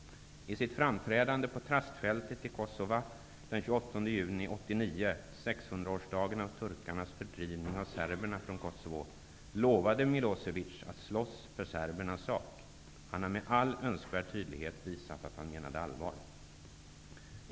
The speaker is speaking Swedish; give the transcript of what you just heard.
I sitt framträdande på Trastfältet i lovade Milosevic att slåss för serbernas sak. Han har med all önskvärd tydlighet visat att han menade allvar.